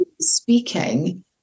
speaking